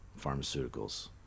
pharmaceuticals